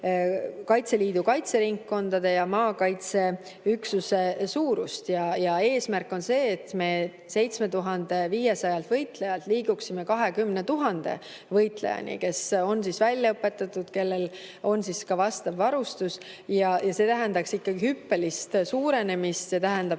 Kaitseliidu kaitseringkondade ja maakaitseüksuste suurust. Eesmärk on see, et me 7500 võitlejalt liiguksime 20 000 võitlejani, kes on välja õpetatud, kellel on ka vastav varustus. See tähendab ikkagi hüppelist suurenemist, see tähendab